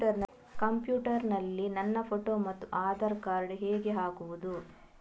Computer ನಲ್ಲಿ ನನ್ನ photo ಮತ್ತು ಆಧಾರ್ ಕಾರ್ಡ್ ಹೇಗೆ ಹಾಕುವುದು?